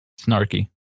Snarky